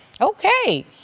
Okay